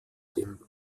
dem